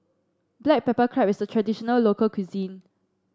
Black Pepper Crab is a traditional local cuisine